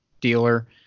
dealer